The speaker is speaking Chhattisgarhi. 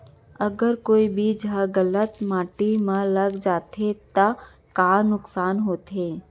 अगर कोई बीज ह गलत माटी म लग जाथे त का नुकसान होथे?